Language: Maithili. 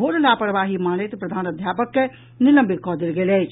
घोर लापरवाही मानैत प्रधानाध्यापक के निलंबित कऽ देल गेल अछि